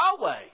Yahweh